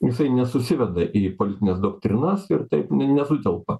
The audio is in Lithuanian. jisai nesusiveda į politines doktrinas ir taip nesutelpa